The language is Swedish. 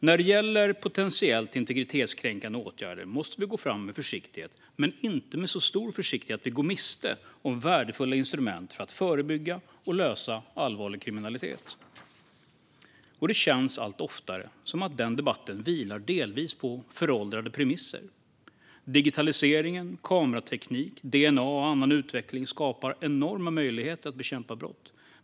När det gäller potentiellt integritetskränkande åtgärder måste vi gå fram med försiktighet, men inte med så stor försiktighet att vi går miste om värdefulla instrument för att förebygga och lösa allvarlig kriminalitet. Det känns allt oftare som att den debatten vilar delvis på föråldrade premisser. Digitaliseringen, kamerateknik, DNA-teknik och annan utveckling skapar enorma möjligheter att bekämpa brott.